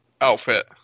outfit